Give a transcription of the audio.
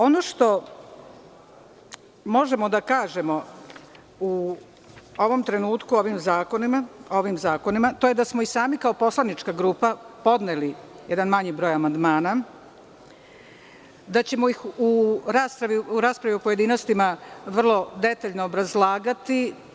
Ono što možemo da kažemo u ovom trenutku o ovim zakonima, to je da smo i sami kao poslanička grupa podneli jedan manji broj amandmana i da ćemo ih u raspravi u pojedinostima vrlo detaljno obrazlagati.